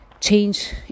change